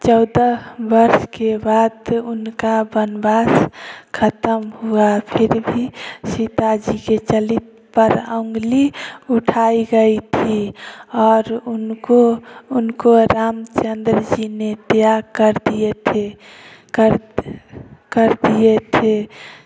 चौदह वर्ष के बाद उनका वनवास ख़त्म हुआ फिर भी सीता जी के चलित पर अंगुली उठाई गई थी और उनको उनको रामचंद्र जी ने त्याग कर दिए थे कर कर दिए थे